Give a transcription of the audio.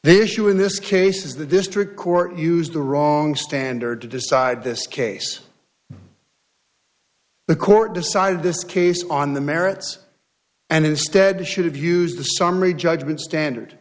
the issue in this case is the district court used the wrong standard to decide this case the court decided this case on the merits and instead should have used the summary judgment standard